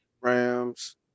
Rams